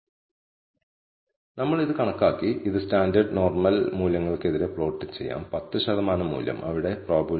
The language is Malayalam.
അതിനാൽ β1 ചരിവ് അവഗണിക്കുമ്പോൾ ചുവന്ന വര മികച്ച t യെ പ്രതിനിധീകരിക്കുന്നു നമ്മൾ സ്ലോപ്പ് പരാമീറ്റർ β1 ഉൾപ്പെടുത്തുമ്പോൾ നീല വര ഡാറ്റയുടെ മികച്ച t യെ പ്രതിനിധീകരിക്കുന്നു